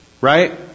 Right